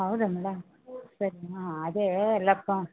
ಹೌದಾ ಮೇಡಮ್ ಸರಿ ಅದೇ ಲೆಕ್ಕ